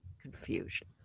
confusion